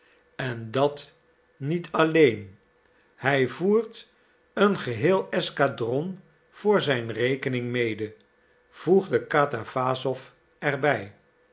en dat niet alleen hij voert een geheel escadron voor zijn rekening mede voegde katawassow er bij